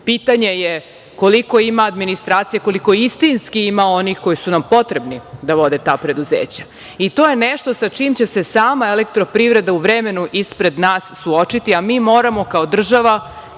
pitanje je koliko ima administracije, koliko istinski ima onih koji su nam potrebni da vode ta preduzeća. To je nešto sa čime će se sama EPS u vremenu ispred nas suočiti, a mi moramo kao država